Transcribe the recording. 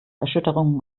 erschütterungen